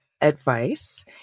advice